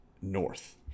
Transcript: North